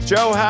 Joe